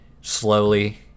slowly